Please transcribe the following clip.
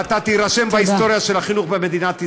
ואז אתה תירשם בהיסטוריה של החינוך במדינת ישראל.